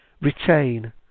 retain